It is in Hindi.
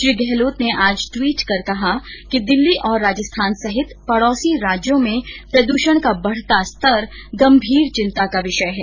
श्री गहलोत ने आज ट्वीट कर कहा कि दिल्ली और राजस्थान सहित पडोसी राज्यों में प्रद्षण का बढता स्तर गंभीर चिंता का विषय है